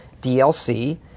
DLC